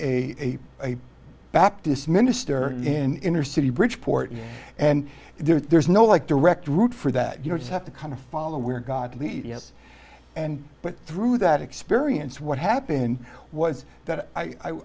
a baptist minister in inner city bridgeport and there's no like direct route for that you just have to kind of follow where god lead yes and but through that experience what happened was that i